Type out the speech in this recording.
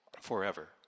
forever